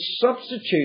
substitute